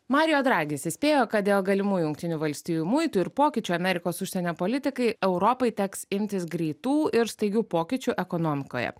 mario dragis įspėjo kad dėl galimų jungtinių valstijų muitų ir pokyčių amerikos užsienio politikai europai teks imtis greitų ir staigių pokyčių ekonomikoje